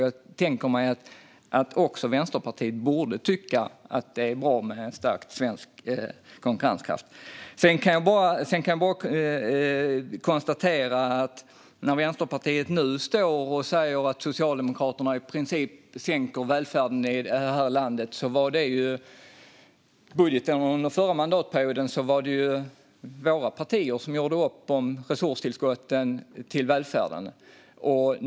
Jag tänker att också Vänsterpartiet borde tycka att det är bra med stärkt svensk konkurrenskraft. Nu står Vänsterpartiet och säger att Socialdemokraterna i princip sänker välfärden i det här landet. I budgeten var det under förra mandatperioden våra partier som gjorde upp om resurstillskotten till välfärden.